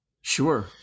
Sure